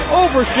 over